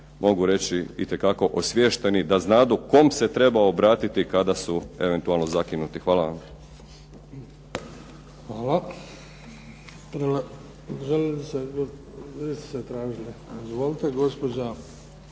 mogu reći itekako osviješteni da znadu kome se treba obratiti kada su eventualno zakinuti. Hvala vam.